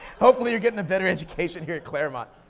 hopefully you're getting a better education here at claremont.